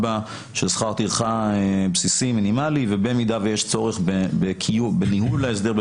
של שכר טרחה בסיסי מינימלי ובמידה ויש צורך בניהול ההסדר,